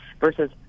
versus